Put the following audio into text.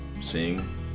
sing